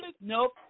Nope